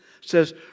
says